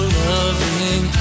loving